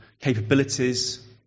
capabilities